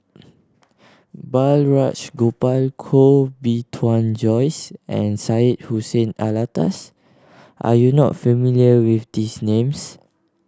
Balraj Gopal Koh Bee Tuan Joyce and Syed Hussein Alatas are you not familiar with these names